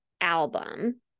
album